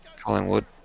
Collingwood